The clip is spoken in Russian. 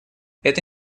это